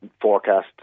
Forecasts